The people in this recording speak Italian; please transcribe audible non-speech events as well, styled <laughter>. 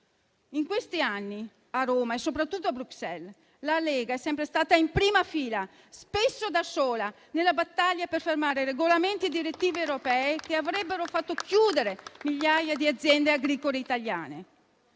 In questi anni a Roma, e soprattutto a Bruxelles, la Lega è sempre stata in prima fila, spesso da sola, nella battaglia per fermare <applause> regolamenti e direttive europee che avrebbero fatto chiudere migliaia di aziende agricole italiane.